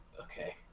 Okay